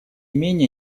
менее